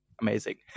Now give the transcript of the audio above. amazing